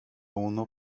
uno